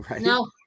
No